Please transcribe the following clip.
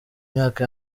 myaka